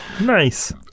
nice